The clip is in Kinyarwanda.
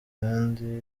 kandi